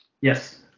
Yes